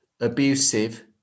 abusive